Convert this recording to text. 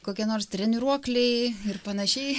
kokie nors treniruokliai ir panašiai